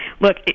Look